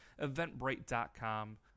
eventbrite.com